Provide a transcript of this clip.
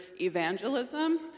evangelism